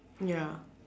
ya